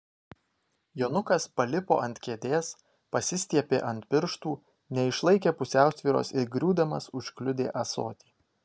jonukas palipo ant kėdės pasistiepė ant pirštų neišlaikė pusiausvyros ir griūdamas užkliudė ąsotį